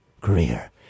career